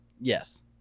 Yes